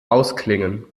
ausklingen